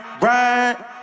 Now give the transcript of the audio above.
ride